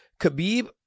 Khabib